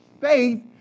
faith